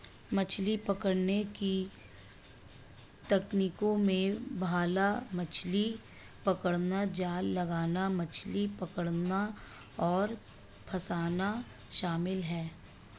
मछली पकड़ने की तकनीकों में भाला मछली पकड़ना, जाल लगाना, मछली पकड़ना और फँसाना शामिल है